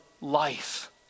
life